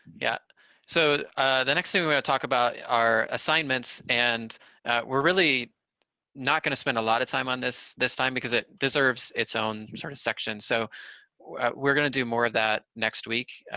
yeah so the next thing we're going to talk about are assignments, and we're really not going to spend a lot of time on this this time because it deserves its own sort of section, so we're gonna do more of that next week.